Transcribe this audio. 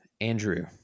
Andrew